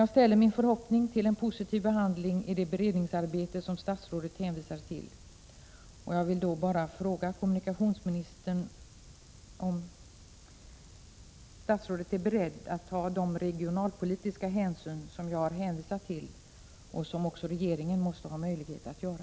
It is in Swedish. Jag ställer min förhoppning till en positiv behandling i det beredningsarbete som statsrådet hänvisar till och vill bara fråga om kommunikationsministern är beredd att ta de regionalpolitiska hänsyn som jag har hänvisat till och som också regeringen måste ha möjlighet att göra.